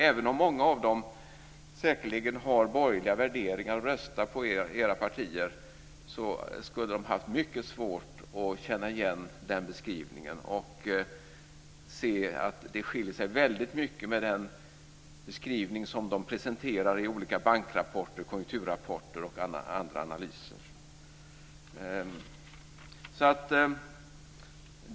Även om många av dem säkerligen har borgerliga värderingar och röstar på era partier tror jag att de skulle ha haft mycket svårt att känna igen denna beskrivning. De skulle ha sett att den skiljer sig väldigt mycket jämfört med den beskrivning som de presenterar i olika bankrapporter, konjunkturrapporter och andra analyser.